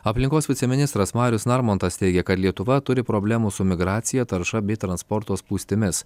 aplinkos viceministras marius narmontas teigia kad lietuva turi problemų su migracija tarša bei transporto spūstimis